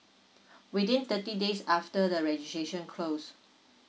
within thirty days after the registration close